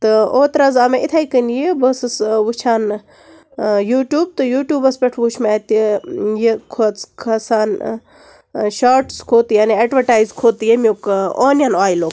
تہٕ اوترٕ حظ آو مےٚ یِتھٔے کٔنی یہِ بہٕ ٲسٕس وُچھان ٲں یوٹیوب تہٕ یوٹیوبَس پٮ۪ٹھ وُچھ مےٚ اَتہِ یہِ کھٔژ کھسان ٲں شاٹٕس کھوٚت یعنی ایٚڈوَرٹایِز کھوٚت یٔمیُک ٲں اونیَن اویِلُک